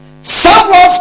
Someone's